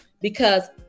because-